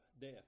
death